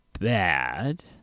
bad